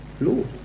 Lord